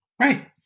Right